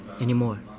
anymore